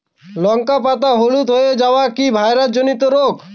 লঙ্কা পাতা হলুদ হয়ে যাওয়া কি ভাইরাস জনিত রোগ?